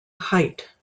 height